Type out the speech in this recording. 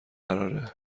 قراره